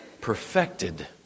perfected